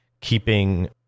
keeping